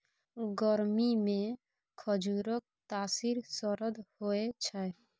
गरमीमे खजुरक तासीर सरद होए छै